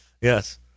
Yes